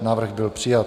Návrh byl přijat.